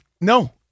No